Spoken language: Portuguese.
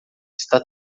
está